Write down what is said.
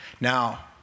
Now